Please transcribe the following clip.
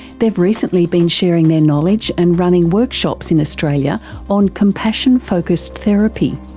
they've recently been sharing their knowledge and running workshops in australia on compassion focussed therapy.